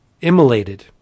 immolated